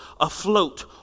afloat